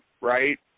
right